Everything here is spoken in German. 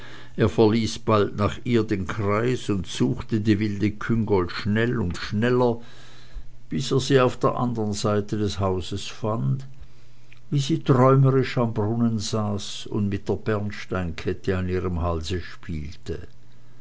er verließ bald nach ihr den kreis und suchte die wilde küngolt schnell und schneller bis er sie auf der anderen seite des hauses fand wie sie träumerisch am brunnen saß und mit der bernsteinkette an ihrem halse spielte